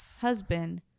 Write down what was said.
husband